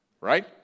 Right